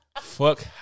Fuck